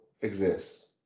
exists